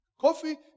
Coffee